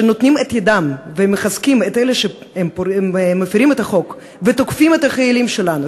שנותנים את ידם ומחזקים את אלה שמפרים את החוק ותוקפים את החיילים שלנו,